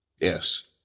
Yes